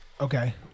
okay